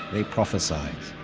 they prophesize,